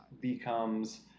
becomes